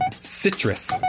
citrus